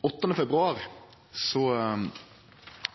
8. februar